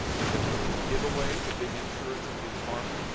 it has been a giveaway to big insurance and big pharma.